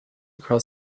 along